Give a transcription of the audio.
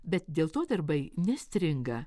bet dėl to darbai nestringa